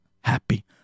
happy